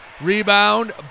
Rebound